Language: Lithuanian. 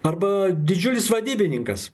arba didžiulis vadybininkas